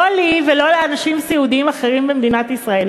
לא לי ולא לאנשים סיעודיים אחרים במדינת ישראל.